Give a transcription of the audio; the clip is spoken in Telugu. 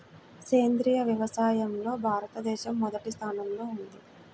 సేంద్రీయ వ్యవసాయంలో భారతదేశం మొదటి స్థానంలో ఉంది